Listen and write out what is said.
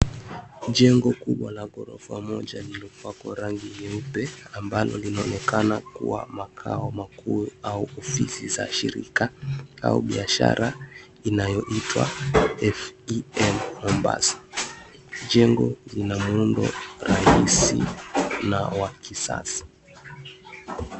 Jengo kubwa la ghorofa moja limepakwa rangi nyeupe ambalo linaonekana kuwa makao makuu au ofisi za shirika au biashara inayoitwa FEM Mombasa. Jengo lina muundo rahisi na wa kisasa.